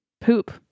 poop